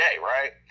Right